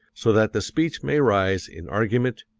so that the speech may rise in argument,